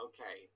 Okay